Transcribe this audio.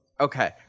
Okay